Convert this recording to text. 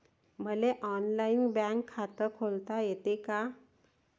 मले online bank खात खोलता येते का?